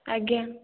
ଆଜ୍ଞା